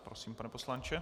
Prosím, pane poslanče.